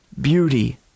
beauty